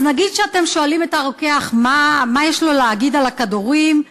אז נגיד שאתם שואלים את הרוקח מה יש לו להגיד על הכדורים,